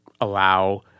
allow